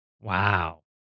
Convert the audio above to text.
Wow